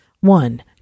One